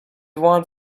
one